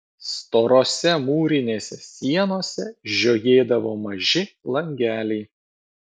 storose mūrinėse sienose žiojėdavo maži langeliai